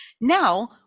Now